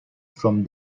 from